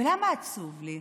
ולמה עצוב לי?